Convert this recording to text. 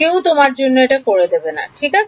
কেউ তোমার জন্য এটা করে দেবে না ঠিক আছে